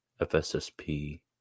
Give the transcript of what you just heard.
FSSP